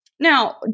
Now